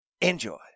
enjoy